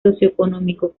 socioeconómico